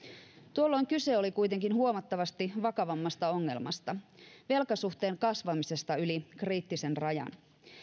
tuolloin kyse oli kuitenkin huomattavasti vakavammasta ongelmasta velkasuhteen kasvamisesta yli kriittisen rajan